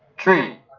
three